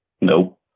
No